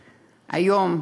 היום,